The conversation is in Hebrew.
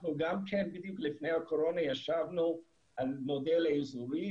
לפני הקורונה אנחנו ישבנו על מודל אזורי,